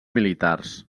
militars